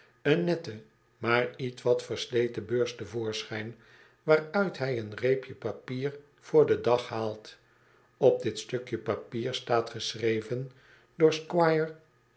een nette maar ietwat versleten beurs te voorschijn waaruit hij een reepje papier voorden dag haalt op dit stukje papier staat geschreven